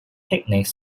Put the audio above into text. picnic